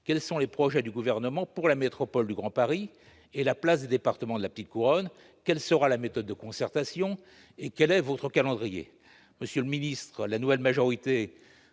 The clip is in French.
quels sont donc les projets du Gouvernement pour la métropole du Grand Paris et la place des départements de la petite couronne ? Quelle sera la méthode de concertation ? Quel est votre calendrier ? Monsieur le ministre, la nouvelle majorité